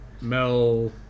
Mel